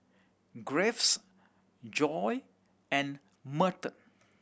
Graves Joye and Merton